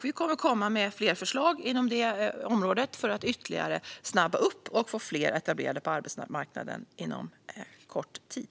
Vi kommer att komma med fler förslag inom detta område för att ytterligare snabba upp det och för att få fler etablerade på arbetsmarknaden inom kort tid.